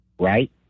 Right